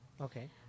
Okay